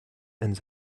and